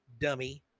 dummy